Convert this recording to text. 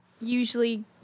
usually